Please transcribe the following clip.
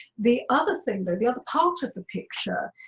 the other thing though, the other part of the picture,